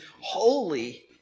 holy